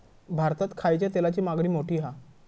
भारतात खायच्या तेलाची मागणी मोठी हा